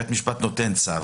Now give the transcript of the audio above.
בית המשפט נותן צו.